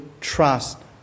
trust